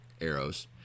arrows